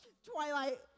Twilight